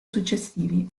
successivi